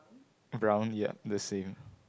brown ya the same